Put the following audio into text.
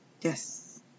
Yes